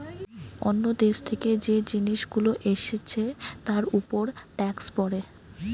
অন্য দেশ থেকে যে জিনিস গুলো এসছে তার উপর ট্যাক্স পড়ে